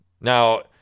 Now